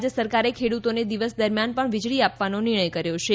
રાજ્ય સરકારે ખેડૂતોને દિવસ દરમિયાન પણ વીજળી આપવાનો નિર્ણય કર્યો છે